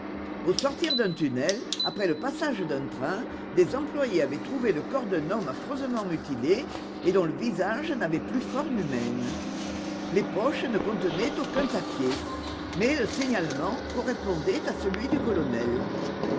au sortir d'un tunnel après le passage d'un train des employés avaient trouvé le corps d'un homme affreusement mutilé et dont le visage n'avait plus forme humaine les poches ne contenaient aucun papier mais le signalement correspondait à celui du colonel